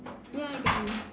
ya I can